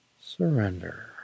Surrender